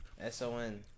S-O-N